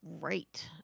right